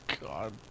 God